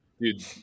Dude